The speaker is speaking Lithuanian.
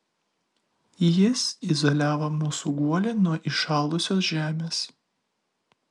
jis izoliavo mūsų guolį nuo įšalusios žemės